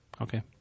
okay